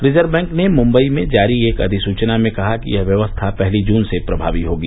reserve bank ने मुम्बई में जारी एक अधिसूचना में कहा कि यह व्यवस्था पहली जून से प्रभावी होगी